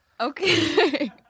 Okay